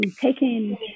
taking